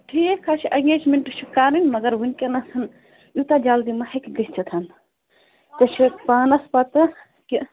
ٹھیٖک حظ چھُ ایٚنگیجمٮ۪نٛٹ چھِ کَرٕنۍ مگر وُنکٮ۪نَس یوٗتاہ جلدی ما ہیٚکہِ گٔژھِتھ ژےٚ چھُو پانَس پَتاہ کہِ